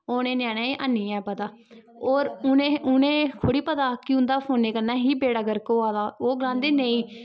ओह् इ'नें ञ्यानें हैनी ऐ पता होर उ'नें उ'नें थोह्ड़ी पता कि उं'दा फोने कन्नै ही बेड़ा गर्क होआ दा ओह् गलांदे नेईं